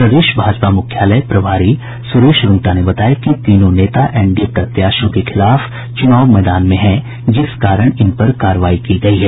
प्रदेश भाजपा मुख्यालय प्रभारी सुरेश रूंगटा ने बताया कि तीनों नेता एनडीए प्रत्याशी के खिलाफ चुनाव मैदान में हैं जिस कारण इन पर कार्रवाई की गयी है